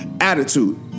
Attitude